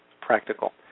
practical